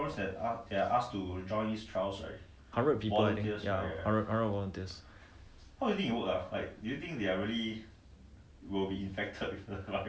to help produce to help test and they share a lot information so hundred people I think ya hundred volunteer